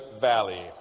Valley